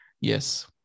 yes